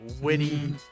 witty